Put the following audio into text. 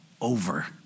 over